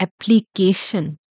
application